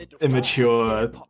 immature